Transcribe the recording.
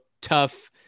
tough